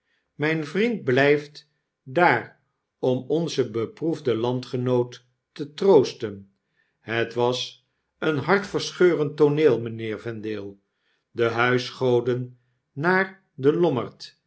myn vriend blijft daar om onzen beproefden landgenoot te troosten het was een hartverscheurend tooneel mijnheer vendale de huisgoden naar den lommerd